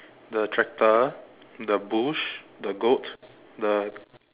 the tractor the bush the goat the